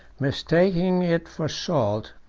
mistaking it for salt,